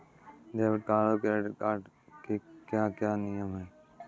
Debit card और credit card के क्या क्या नियम हैं?